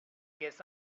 guess